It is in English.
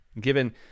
given